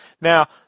now